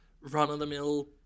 run-of-the-mill